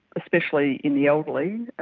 especially in the elderly,